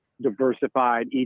diversified